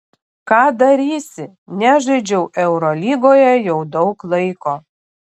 ką darysi nežaidžiau eurolygoje jau daug laiko